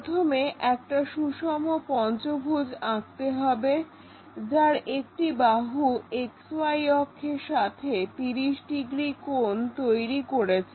প্রথমে একটা সুষম পঞ্চভুজ আঁকতে হবে যার একটি বাহু XY অক্ষের সাথে 30 ডিগ্রি কোণ তৈরি করেছে